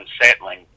unsettling